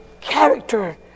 character